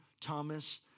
Thomas